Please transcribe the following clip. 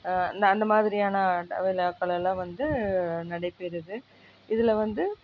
இந்த அந்த மாதிரியான விழாக்கள் எல்லாம் வந்து நடைபெறுது இதில் வந்து